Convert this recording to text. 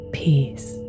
peace